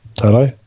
Hello